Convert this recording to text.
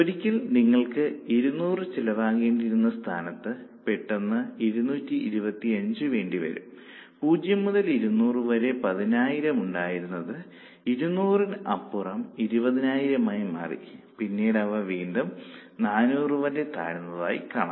ഒരിക്കൽ നിങ്ങൾക്ക് 200 ചെലവാക്കേണ്ടിയിരുന്ന സ്ഥാനത്ത് പെട്ടെന്ന് 225 വേണ്ടിവരും 0 മുതൽ 200 വരെ 10000 ഉണ്ടായിരുന്നത് 200 ന് അപ്പുറം 20000 ആയി മാറി പിന്നീട് അവ വീണ്ടും 400 വരെ താഴ്ന്നതായി കാണാം